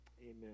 Amen